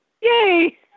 Yay